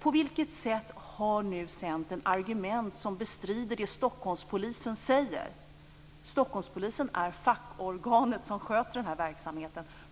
På vilket sätt har Centern argument som bestrider det Stockholmspolisen säger? Stockholmspolisen är fackorganet som sköter den här verksamheten.